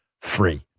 free